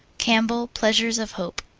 campbell, pleasures of hope.